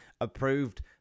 approved